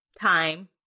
time